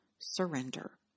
surrender